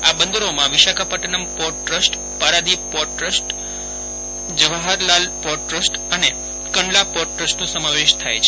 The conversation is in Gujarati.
આ બંદરોમાં Visakhapatnam port trust Paradip port trust Jawahar Lal port trust અને કંડલા પોર્ટ ટ્રસ્ટનો સમાવેશ થાય છે